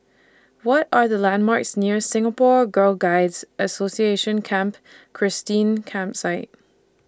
What Are The landmarks near Singapore Girl Guides Association Camp Christine Campsite